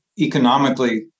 economically